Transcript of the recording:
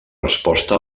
resposta